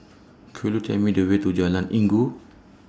Could YOU Tell Me The Way to Jalan Inggu